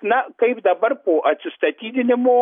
na kaip dabar po atsistatydinimo